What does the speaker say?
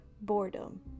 boredom